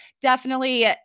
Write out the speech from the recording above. Definitely-